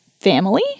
family